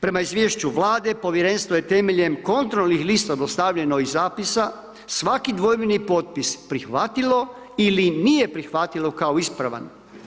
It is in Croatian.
Prema izvješću Vlade, povjerenstvu je temeljem kontrolnih lista dostavljeno i zapisa, svaki dvojbeni potpis prihvatilo ili im nije prihvatilo kao ispravan.